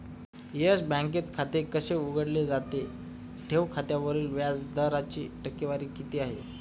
Yes बँकेत ठेव खाते कसे उघडले जाते? ठेव खात्यावरील व्याज दराची टक्केवारी किती आहे?